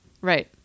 right